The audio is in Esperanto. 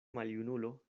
maljunulo